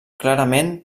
clarament